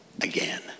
again